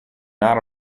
not